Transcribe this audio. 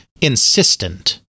insistent